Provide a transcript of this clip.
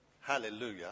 Hallelujah